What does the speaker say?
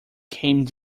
came